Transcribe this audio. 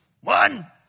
one